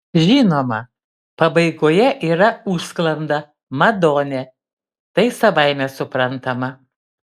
žinoma pabaigoje yra užsklanda madone tai savaime suprantama